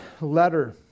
letter